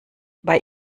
bei